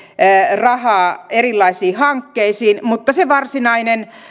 rahaa erilaisiin hankkeisiin mutta se varsinainen